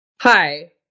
hi